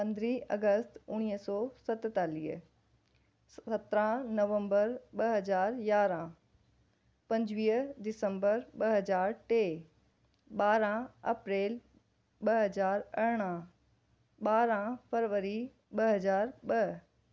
पंदरहीं अगस्त उणिवीह सौ सतेतालीह सतरहां नवम्बर ॿ हज़ार यारहां पंजवीह डिसेम्बर ॿ हज़ार टे ॿारहां अप्रैल ॿ हज़ार अरड़हां ॿारहां फरवरी ॿ हज़ार ॿ